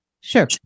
Sure